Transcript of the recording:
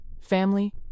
family